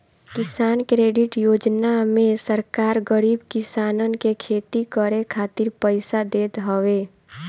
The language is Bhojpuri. किसान क्रेडिट योजना में सरकार गरीब किसानन के खेती करे खातिर पईसा देत हवे